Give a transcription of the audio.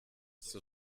zur